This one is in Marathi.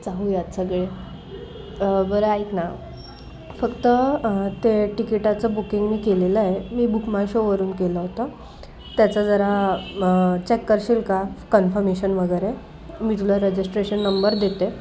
जाऊयात सगळे बरं ऐक ना फक्त ते तिकिटाचं बुकिंग मी केलेलं आहे मी बुक माय शोवरून केलं होतं त्याचा जरा मग चेक करशील का कन्फमेशन वगैरे मी तुला रजिस्ट्रेशन नंबर देते